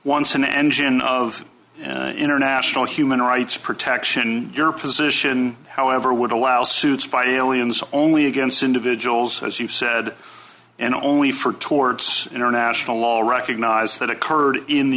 an engine of an international human rights protection your position however would allow suits by aliens only against individuals as you said and only for towards international law recognize that occurred in the